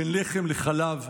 בין לחם לחלב,